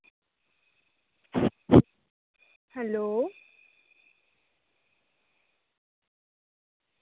hello